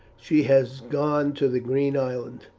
she has gone to the green island,